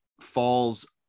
falls